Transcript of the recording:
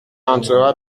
entrera